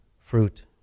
fruit